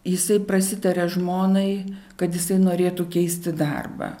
jisai prasitarė žmonai kad jisai norėtų keisti darbą